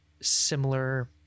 similar